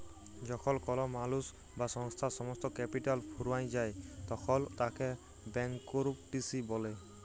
যখল কল মালুস বা সংস্থার সমস্ত ক্যাপিটাল ফুরাঁয় যায় তখল তাকে ব্যাংকরূপটিসি ব্যলে